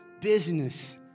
business